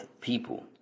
people